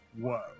Whoa